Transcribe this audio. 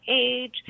age